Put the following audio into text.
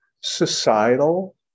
societal